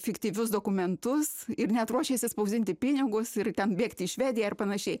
fiktyvius dokumentus ir net ruošėsi spausdinti pinigus ir ten bėgti į švediją ir panašiai